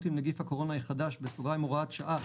עם נגיף הקורונה החדש (הוראת שעה),